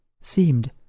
seemed